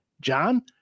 John